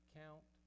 count